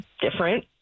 different